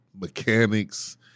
mechanics